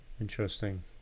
Interesting